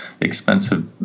expensive